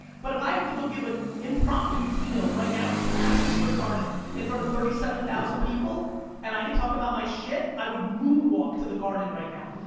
but if i have to go give an but impromptu keynote right now in madison square garden in front of thirty seven thousand people and i could talk about my shit, i would moon walk to the garden right now.